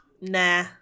Nah